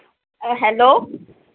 hello